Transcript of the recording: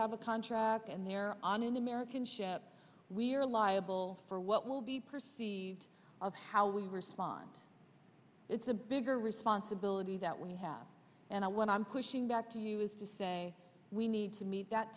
have a contract and they're on an american ship we're liable for what will be perceived of how we respond it's a bigger responsibility that we have and i when i'm pushing that to you is to say we need to meet